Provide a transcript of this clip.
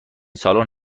سالن